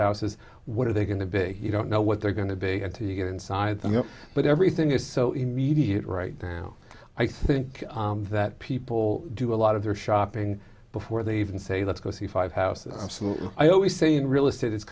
houses what are they going to big you don't know what they're going to be until you get inside them but everything is so immediate right now i think that people do a lot of their shopping before they even say let's go see five houses absolutely i always say in real estate i